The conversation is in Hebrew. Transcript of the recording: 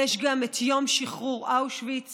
יש גם את יום שחרור אושוויץ,